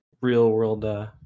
real-world